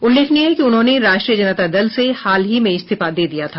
उल्लेखनीय है कि उन्होंने राष्ट्रीय जनता दल से हाल ही में इस्तीफा दे दिया था